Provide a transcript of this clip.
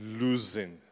losing